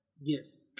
Yes